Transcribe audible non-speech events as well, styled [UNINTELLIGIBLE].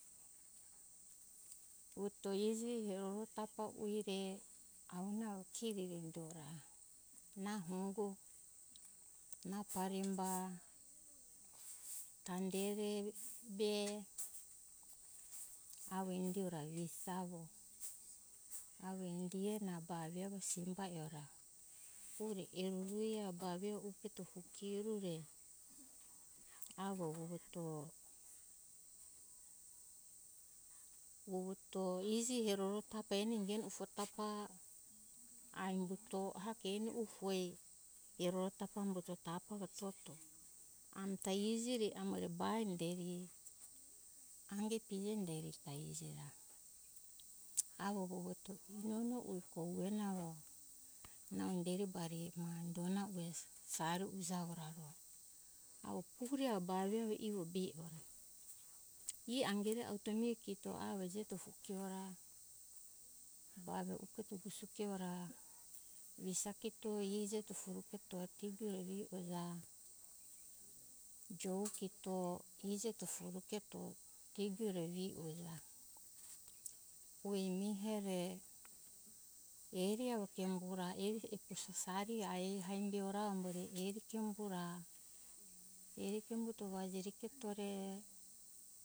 Vuto iji heroro tafa ue re avonu avo kiri eto ra nango nau pari umba tangere be avo indi ora heri savo avo indiue na ba re avo simba e ora pure erue [UNINTELLIGIBLE] re avo vuto iji heroro tafa eni tefo tafa ai ingito eni ufue eroro tafa avo umbujo to tafa ami ta iji re b aba inderi ange pije inderi ta iji avo ue eto inono ue kogue ue na avo nau inderi bari ma donda ue sari uje avo ra ro avo pure avo ba ivo be ora ie angere auto mihe kito avo iji eto fue ora ba re isuketo ra isuketo iji fue futo degi angere uja jovu kito iji tofo re eto degi or aue mihere ue eri avo kio ora sari ai eha indi ora amore inderi embo ra eri pemi vajeri keto re